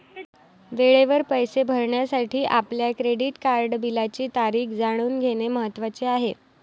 वेळेवर पैसे भरण्यासाठी आपल्या क्रेडिट कार्ड बिलाची तारीख जाणून घेणे महत्वाचे आहे